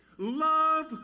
Love